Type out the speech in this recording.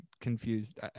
confused